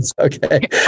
Okay